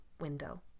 window